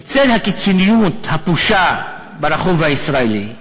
בצל הקיצוניות הפושה ברחוב הישראלי,